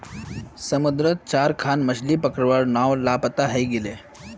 समुद्रत चार खन मछ्ली पकड़वार नाव लापता हई गेले